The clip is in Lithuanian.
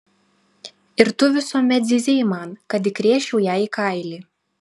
ir tu visuomet zyzei man kad įkrėsčiau jai į kailį